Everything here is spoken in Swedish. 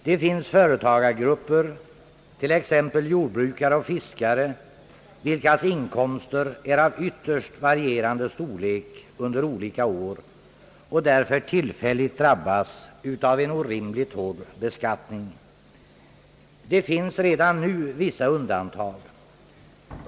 Det finns företagargrupper, t.ex. jordbrukare och fiskare, vilkas inkomster är av ytterst varierande storlek under olika år och som därför tillfälligt drabbas av en orimligt hård beskattning. Det finns redan nu vissa undantag.